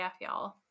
y'all